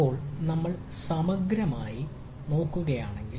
ഇപ്പോൾ നമ്മൾ അല്പം സമഗ്രമായി നോക്കുകയാണെങ്കിൽ